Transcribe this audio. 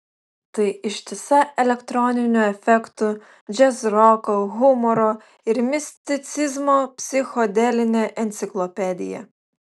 tai ištisa elektroninių efektų džiazroko humoro ir misticizmo psichodelinė enciklopedija